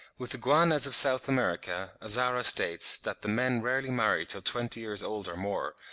with the guanas of south america, azara states that the men rarely marry till twenty years old or more,